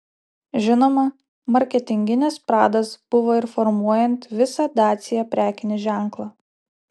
žinoma marketinginis pradas buvo ir formuojant visą dacia prekinį ženklą